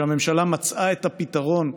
שהממשלה מצאה את הפתרון,